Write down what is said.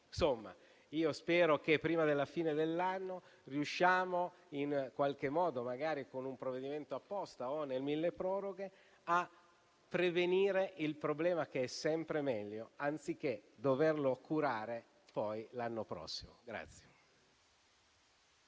io spero che, prima della fine dell'anno, riusciamo in qualche modo, magari con un provvedimento apposta o nel milleproroghe, a prevenire il problema, che è sempre meglio, anziché doverlo curare poi l'anno prossimo.